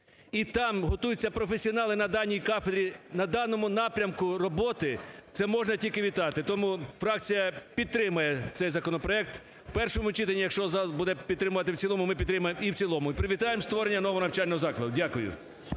і там готуються професіонали на даній кафедрі, на даному напрямку роботи, це можна тільки вітати. Тому фракція підтримає цей законопроект в першому читанні, якщо зараз будуть підтримувати в цілому, ми підтримаємо і в цілому. І привітаємо створення нового навчального закладу. Дякую.